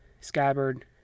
scabbard